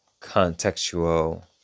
contextual